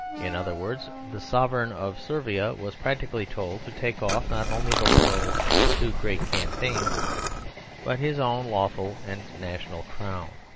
in other words, the sovereign of servia was practically told to take off not only the laurels of two great campaigns but his own lawful and national crown,